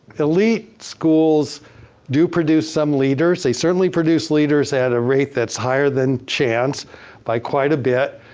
elite schools do produce some leaders. they certainly produce leaders at a rate that's higher than chance by quite a bit.